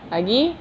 lagi